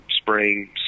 spring